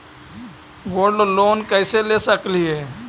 Gold loan कैसे ले सकली हे?